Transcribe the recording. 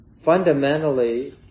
fundamentally